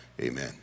Amen